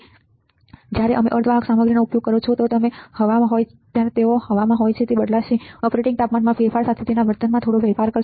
અને જ્યારે તમે અર્ધવાહક સામગ્રીનો ઉપયોગ કરો છો ત્યારે તેમાં હવા હોય છે તે બદલાશે તે ઓપરેટિંગ તાપમાનમાં ફેરફાર સાથે તેના વર્તનમાં થોડો ફેરફાર કરશે